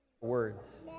Words